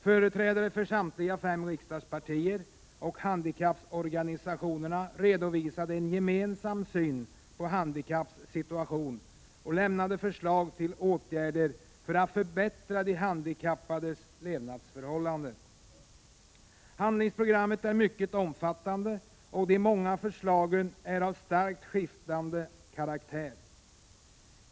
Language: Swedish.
Företrädare för samtliga fem riksdagspartier och handikapporganisationerna redovisade en gemensam syn på handikappades situation och lämnade Handlingsprogrammet är mycket omfattande, och de många förslagen är av starkt skiftande karaktär.